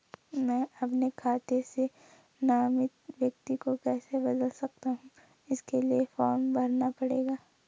मैं अपने खाते से नामित व्यक्ति को कैसे बदल सकता हूँ इसके लिए फॉर्म भरना पड़ेगा?